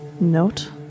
Note